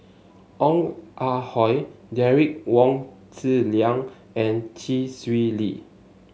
Ong Ah Hoi Derek Wong Zi Liang and Chee Swee Lee